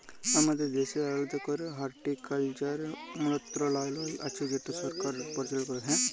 আমাদের দ্যাশের আলেদা ক্যরে হর্টিকালচারের মলত্রলালয় আছে যেট সরকার পরিচাললা ক্যরে